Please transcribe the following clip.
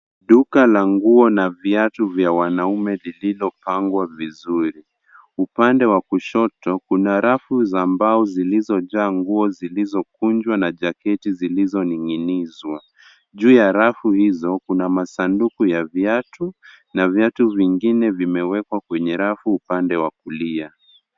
Duka la nguo na viatu vya wanaume zilizopangwa vizuri . Upande wa kushoto kuna rafu za mbao zilizojaa nguo zilizokunjwa na jaketi zilizoning'inizwa. Juu ya rafu hizo kuna masanduku ya viatu na viatu vingine vimewekwa kwenye rafu upande wa kulia.